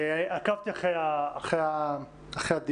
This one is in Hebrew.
עקבתי אחרי הדיון,